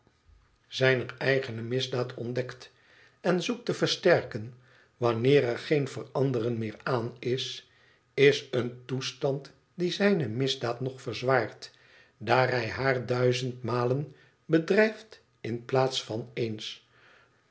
zijner eigene misdaad ontdekt en zoekt te versterken wanneer er geen veranderen meer aan is is een toestand die zijne misdaad nog verzwaart daar hij haar duizendmalen bedrijft in plaats van ééns